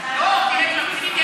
הרשימה.